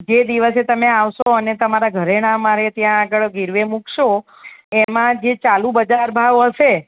જે દિવસે તમે આવશો અને તમારા ઘરેણાં અમારે ત્યાં આગળ ગીરવે મૂકશો એમાં જે ચાલુ બજાર ભાવ હશે